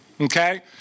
Okay